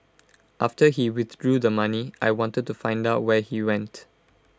after he withdrew the money I wanted to find out where he went